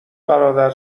برادر